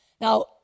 Now